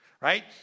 right